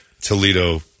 toledo